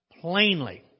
plainly